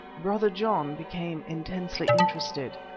brother john became intensely interested.